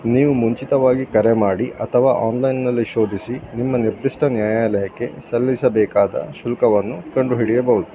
ನೀವು ಮುಂಚಿತವಾಗಿ ಕರೆ ಮಾಡಿ ಅಥವಾ ಆನ್ಲೈನ್ನಲ್ಲಿ ಶೋಧಿಸಿ ನಿಮ್ಮ ನಿರ್ದಿಷ್ಟ ನ್ಯಾಯಾಲಯಕ್ಕೆ ಸಲ್ಲಿಸಬೇಕಾದ ಶುಲ್ಕವನ್ನು ಕಂಡುಹಿಡಿಯಬಹುದು